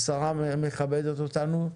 השרה מכבדת אותנו בנוכחותה,